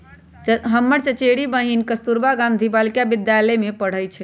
हमर चचेरी बहिन कस्तूरबा गांधी बालिका विद्यालय में पढ़इ छइ